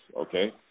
Okay